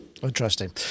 Interesting